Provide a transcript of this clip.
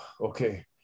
okay